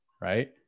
right